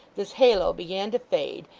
this halo began to fade,